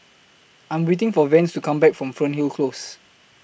I Am waiting For Vance to Come Back from Fernhill Close